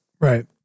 Right